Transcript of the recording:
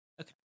Okay